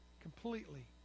completely